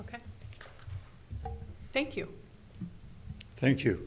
ok thank you thank you